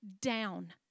Down